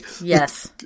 Yes